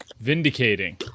vindicating